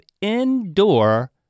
indoor